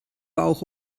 auch